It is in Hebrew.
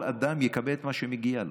כל אדם יקבל את מה שמגיע לו.